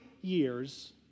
years